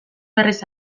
berriz